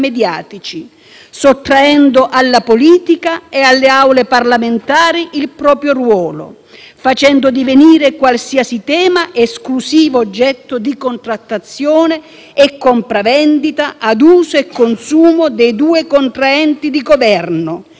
facendo divenire qualsiasi tema esclusivo oggetto di contrattazione e compravendita ad uso e consumo dei due contraenti di Governo. Il volgare scambio è: no processo a Salvini, no sfiducia a Toninelli.